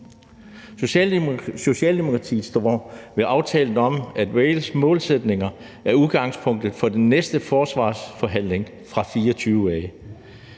Socialdemokratiet står ved aftalen om, at Wales-målsætningerne er udgangspunktet for den næste forsvarsforhandling fra 2024.